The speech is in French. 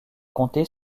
compter